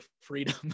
freedom